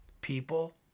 People